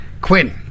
Quinn